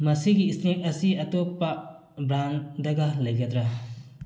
ꯃꯁꯤꯒꯤ ꯏꯁꯅꯦꯛ ꯑꯁꯤ ꯑꯇꯣꯞꯄ ꯕ꯭ꯔꯥꯟꯗꯒ ꯂꯩꯒꯗ꯭ꯔꯥ